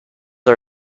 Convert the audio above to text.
are